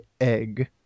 egg